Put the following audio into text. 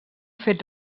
fet